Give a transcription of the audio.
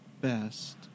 best